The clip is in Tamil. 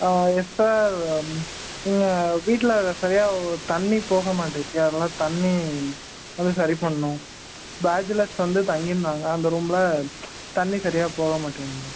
ஆ சார் இங்கே வீட்டில் சரியாக தண்ணி போக மாட்டிச்சு அதனால் தண்ணி வந்து சரி பண்ணணும் பேச்சுலர்ஸ் வந்து தங்கி இருந்தாங்க அந்த ரூமில் தண்ணி சரியாக போக மாட்டேங்குது